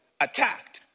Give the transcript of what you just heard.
attacked